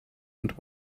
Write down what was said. and